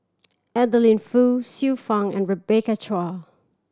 Adeline Foo Xiu Fang and Rebecca Chua